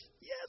yes